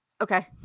Okay